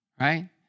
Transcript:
right